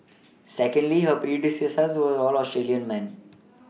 secondly her predecessors were all Australian man